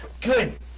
Good